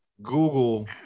google